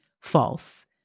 false